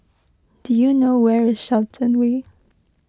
do you know where is Shenton Way